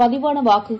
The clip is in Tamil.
பதிவானவாக்குகள்